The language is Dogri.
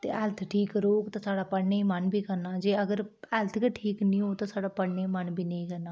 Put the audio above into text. ते हेल्थ ठीक रौह्ग ते साढ़ा पढ़ने गी मन बी करना जे अगर हेल्थ गै ठीक निं होग ते साढ़ा पढ़ने गी मन बी नेईं करना